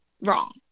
wrong